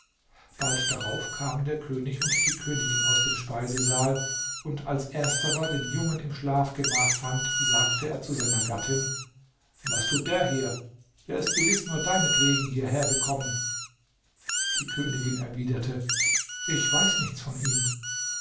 bald darauf kamen der könig und die königin aus dem speisesaal und als ersterer den jungen im schlafgemach fand sagte er zu seiner gattin was tut der hier der ist gewiß nur deinetwegen hierhergekommen die königin erwiderte ich weiß nichts von ihm